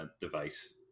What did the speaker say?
device